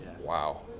wow